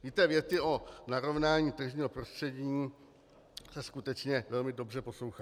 Víte, věty o narovnání tržního prostředí se skutečně velmi dobře poslouchají.